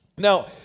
Now